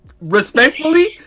Respectfully